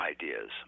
ideas